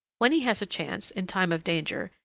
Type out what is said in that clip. when he has a chance, in time of danger,